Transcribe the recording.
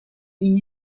une